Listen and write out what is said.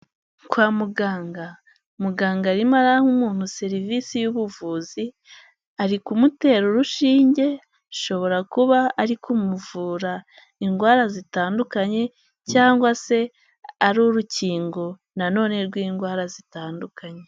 Kwa muganga, muganga arima araha umuntu serivisi y'ubuvuzi ari kumutera urushinge ashobora kuba ari kumuvura indwara zitandukanye cyangwa se ari urukingo nanone rw'indwara zitandukanye.